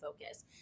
focus